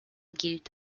gilt